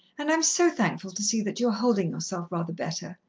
and i'm so thankful to see that you're holdin' yourself rather better.